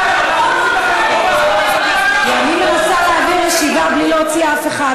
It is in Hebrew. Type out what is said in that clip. כי אני מנסה להעביר ישיבה בלי להוציא אף אחד,